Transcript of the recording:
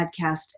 podcast